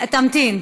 תמתין.